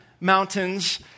mountains